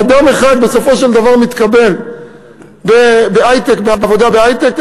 אדם אחד בסופו של דבר מתקבל לעבודה בהיי-טק,